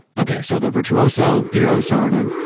okay, so the virtuoso eero saarinen,